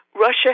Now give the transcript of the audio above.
Russia